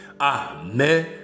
Amen